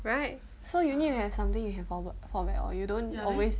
right so you need to have something you can forward fall back or you don't always